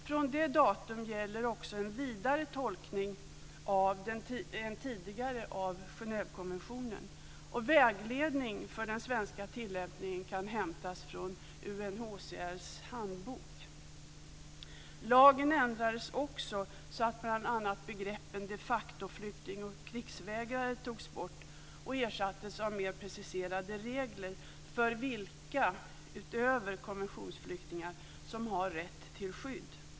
Från det datumet gäller också en vidare tolkning än tidigare av Genèvekonventionen, och vägledning för den svenska tillämpningen kan hämtas från UNHCR:s handbok. Lagen ändrades också så att bl.a. begreppen de facto-flykting och krigsvägrare togs bort och ersattes av mer preciserade regler för vilka utöver konventionsflyktingar som har rätt till skydd.